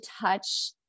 touch